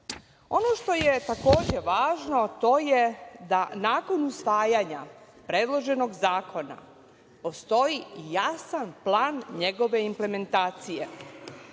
što je takođe važno, to je da nakon usvajanja predloženog zakona postoji jasan plan njegove implementacije.